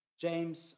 James